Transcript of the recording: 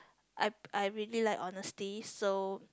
I I really like honesty so